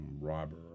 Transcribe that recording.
robber